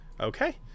Okay